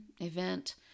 event